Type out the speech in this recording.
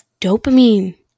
dopamine